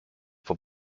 for